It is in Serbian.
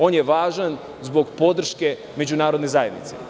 On je važan zbog podrške međunarodne zajednice.